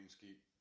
keep